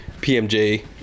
pmj